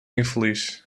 infeliz